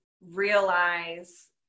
realize